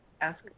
ask